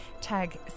tag